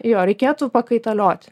jo reikėtų pakaitalioti